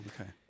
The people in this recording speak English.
Okay